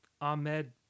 Ahmed